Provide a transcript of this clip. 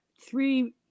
three